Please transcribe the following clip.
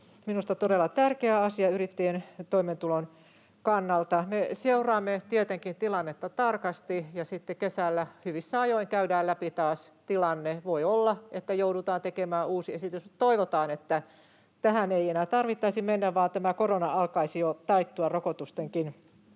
minusta todella tärkeä asia yrittäjien toimeentulon kannalta. Me seuraamme tietenkin tilannetta tarkasti, ja sitten kesällä hyvissä ajoin käydään taas läpi tilanne. Voi olla, että joudutaan tekemään uusi esitys, mutta toivotaan, että tähän ei enää tarvitsisi mennä vaan korona alkaisi jo taittua rokotustenkin